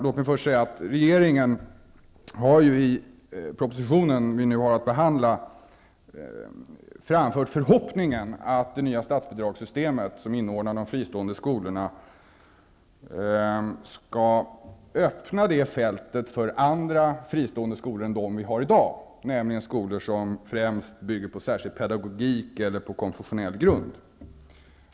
Låt mig först säga att regeringen har i propositionen som vi nu behandlar framfört förhoppningen att det nya statsbidragssystemet, som inordnar de fristående skolorna, skall öppna fältet för andra fristående skolor än dem vi har i dag, nämligen skolor som främst bygger på särskild pedagogik eller på konfessionell grund.